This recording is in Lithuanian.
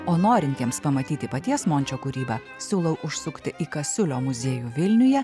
o norintiems pamatyti paties mončio kūrybą siūlau užsukti į kasiulio muziejų vilniuje